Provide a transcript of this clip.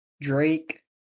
Drake